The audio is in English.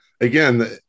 again